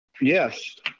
Yes